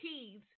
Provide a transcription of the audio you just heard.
keys